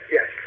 Yes